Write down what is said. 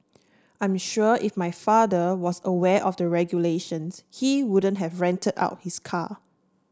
I'm sure if my father was aware of the regulations he wouldn't have rented out his car